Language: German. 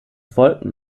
folgten